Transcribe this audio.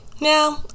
Now